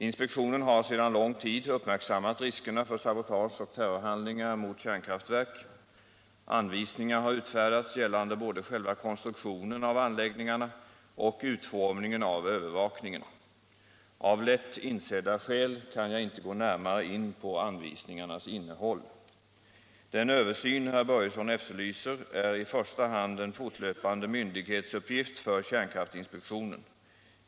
Inspektionen har sedan lång tid uppmärksammat riskerna för sabotage och terrorhandlingar mot kärnkraftverk. Anvisningar har utfärdats gällande både själva konstruktionen av anläggningarna och utformningen av övervakningen. Av lätt insedda skäl kan jag inte gå närmare in på anvisningarnas innehåll. Den översyn herr Börjesson efterlyser är i första hand en fortlöpande myndighetsuppgift för kärnkraftinspektionen.